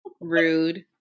rude